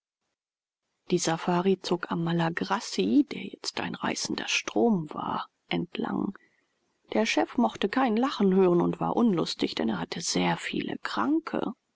die safari zog am malagarassi der jetzt ein reißender strom war entlang der chef mochte kein lachen hören und war unlustig denn er hatte sehr viele kranke